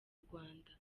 rwanda